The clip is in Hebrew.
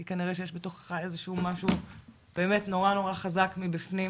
כי כנראה שיש בתוכך איזשהו משהו באמת נורא-נורא חזק מבפנים.